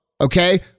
Okay